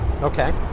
Okay